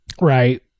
Right